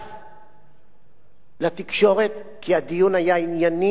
לתקשורת כי הדיון היה ענייני ולגופו של עניין.